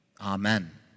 Amen